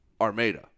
Armada